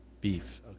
beef